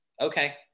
Okay